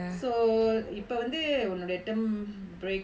so இப்போ வந்து உன்னுடைய:ippo vanthu unnudaiya term break